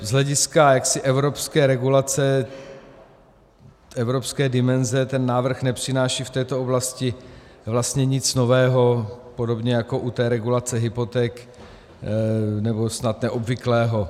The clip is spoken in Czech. Z hlediska evropské regulace, evropské dimenze ten návrh nepřináší v této oblasti vlastně nic nového, podobně jako u té regulace hypoték, nebo snad neobvyklého.